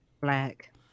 black